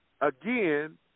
again